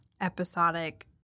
episodic